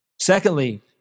Secondly